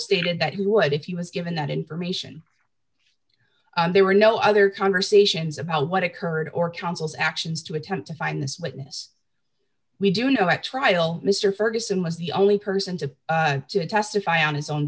stated that he would if he was given that information and there were no other conversations about what occurred or counsel's actions to attempt to find this witness we do know at trial mr ferguson was the only person to testify on his own